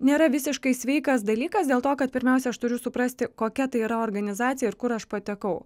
nėra visiškai sveikas dalykas dėl to kad pirmiausia aš turiu suprasti kokia tai yra organizacija ir kur aš patekau